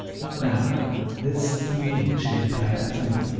not now this evening, she replied absently,